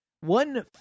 One